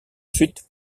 ensuite